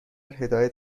هدایت